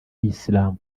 islam